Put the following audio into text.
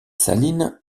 salines